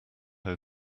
how